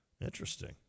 Interesting